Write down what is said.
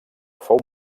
fou